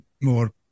more